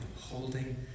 holding